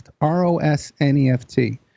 R-O-S-N-E-F-T